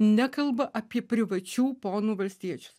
nekalba apie privačių ponų valstiečius